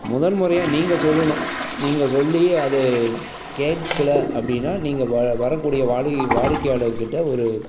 முதன் முறையாக நீங்கள் சொல்லணும் நீங்கள் சொல்லி அது கேட்கலை அப்படின்னா நீங்கள் வா வரக்கூடிய வாடி வாடிக்கையாளர்கிட்ட ஒரு